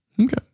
Okay